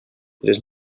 tres